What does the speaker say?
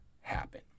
happen